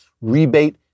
rebate